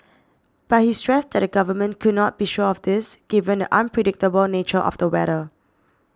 but he stressed that the government could not be sure of this given the unpredictable nature of the weather